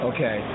Okay